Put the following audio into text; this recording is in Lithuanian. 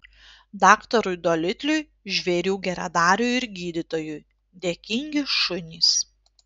daktarui dolitliui žvėrių geradariui ir gydytojui dėkingi šunys